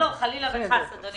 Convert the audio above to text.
חלילה וחס, אדוני היושב-ראש.